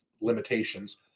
limitations